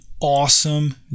awesome